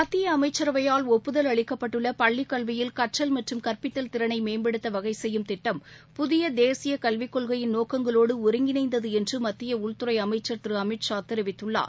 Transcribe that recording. மத்திய அமைச்சரவையால் ஒப்புதல் அளிக்கப்பட்டுள்ள பள்ளிக் கல்வியில் கற்றல் மற்றும் கற்பித்தல் திறளை மேம்படுத்த வகை செய்யும் திட்டம் புதிய தேசிய கல்விக் கொள்கையின் நோக்கங்களோடு ஒருங்கிணைந்தது என்று மத்திய உள்துறை அமைச்சர் திரு அமித்ஷா தெரிவித்துள்ளார்